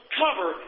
cover